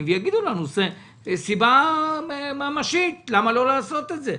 ויגידו לנו סיבה ממשית למה לא לעשות את זה.